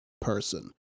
person